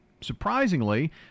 Surprisingly